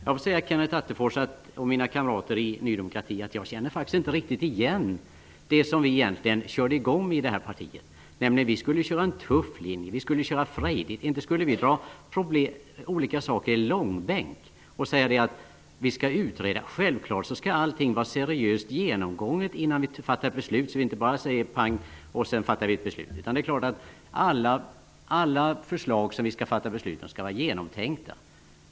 Jag måste säga, Kenneth Attefors och mina kamrater i Ny demokrati, att jag faktiskt inte riktigt känner igen det som vi egentligen startade det här partiet med. Vi skulle köra en tuff linje. Vi skulle köra frejdigt. Inte skulle vi dra olika frågor i långbänk och säga att vi skall utreda. Självklart skall allt vara seriöst genomgånget innan vi fattar beslut, så att vi inte bara säger pang och sedan fattar beslut. Alla förslag som vi skall fatta beslut om skall vara genomtänkta.